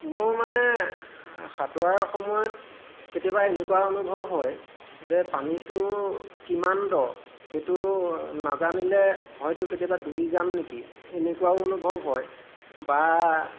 মোৰ মানে সাঁতোৰাৰ সময়ত কেতিয়াবা এনেকুৱা অনুভৱ হয় যে পানীটো কিমান দ সেইটো নাজানিলে হয়তো কেতিয়াবা ডুবি যাম নেকি এনেকুৱাও অনুভৱ হয় বা